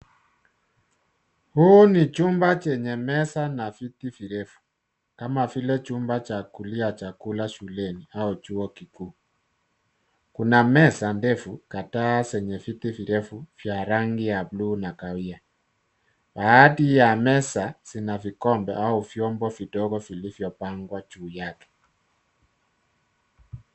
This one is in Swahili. Huu ni chumba chenye meza na viti virefu kama vile chumba cha kulia chakula shuleni au chuo kikuu. Kuna meza ndefu kadhaa zenye viti virefu vya rangi ya bluu na kahawia. Baadhi ya meza zina vikombe au vyombo vidogo vilivyopangwa juu yake.